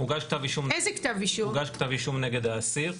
הוגש כתב אישום נגד האסיר.